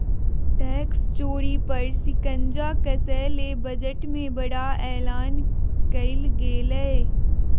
tax चोरी पर शिकंजा कसय ले बजट में बड़ा एलान कइल गेलय